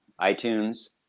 iTunes